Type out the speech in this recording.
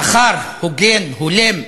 שכר הוגן, הולם,